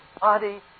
body